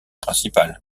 principal